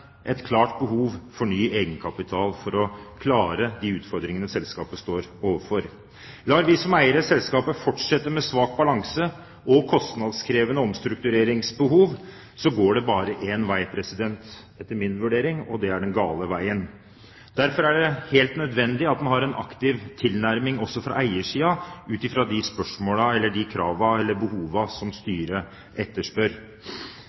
et klart behov for ny egenkapital for å klare de utfordringene selskapet står overfor. Lar vi som eiere selskapet forsette med svak balanse og kostnadskrevende omstruktureringsbehov, går det bare en vei, etter min vurdering, og det er den gale veien. Derfor er det helt nødvendig at man har en aktiv tilnærming også fra eiersiden ut fra de krav eller de